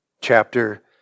chapter